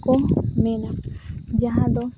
ᱠᱚ ᱢᱮᱱᱟ ᱡᱟᱦᱟᱸ ᱫᱚ